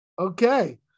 Okay